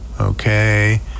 Okay